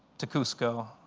to cusco,